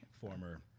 former